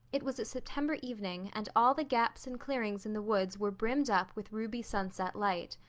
it was a september evening and all the gaps and clearings in the woods were brimmed up with ruby sunset light.